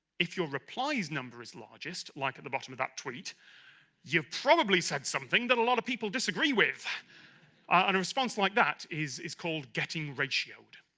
if your replies number is largest like at the bottom of that tweet you've probably said something that a lot of people disagree with on a response like that is. is called getting ratioed